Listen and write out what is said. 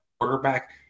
quarterback